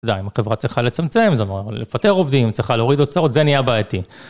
עדיין, החברה צריכה לצמצם, זאת אומרת, לפטר עובדים, צריכה להוריד הוצאות, זה נהיה בעייתי.